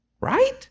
right